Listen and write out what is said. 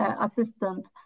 assistant